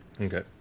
Okay